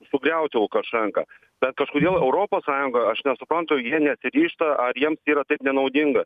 sugriauti lukašenką bet kažkodėl europos sąjungoje aš nesuprantu jie nesiryžta ar jiems yra taip nenaudinga